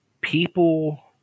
people